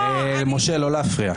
משה, לא להפריע.